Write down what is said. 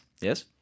Yes